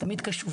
את תמיד קשובה,